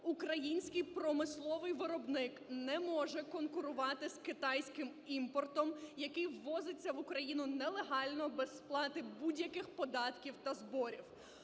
український промисловий виробник не може конкурувати з китайським імпортом, який ввозяться в Україну нелегально, без сплати будь-яких податків та зборів.